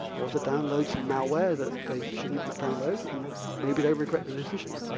or to download some malware that they shouldn't but download, and maybe they regret that decision.